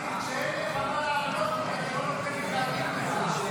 כשאין לך מה לענות לי, אתה לא נותן לי להגיב לך.